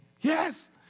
Yes